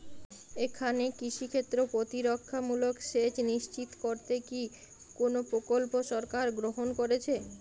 এখানে কৃষিক্ষেত্রে প্রতিরক্ষামূলক সেচ নিশ্চিত করতে কি কোনো প্রকল্প সরকার গ্রহন করেছে?